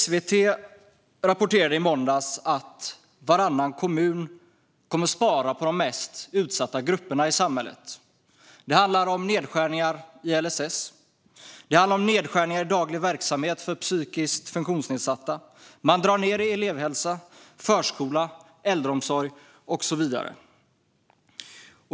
SVT rapporterade i måndags att varannan kommun kommer att spara på de mest utsatta grupperna i samhället. Det handlar om nedskärningar i LSS och nedskärningar i daglig verksamhet för psykiskt funktionsnedsatta. Man drar ned på elevhälsa, förskola, äldreomsorg och så vidare.